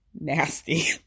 nasty